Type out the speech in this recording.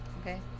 Okay